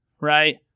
Right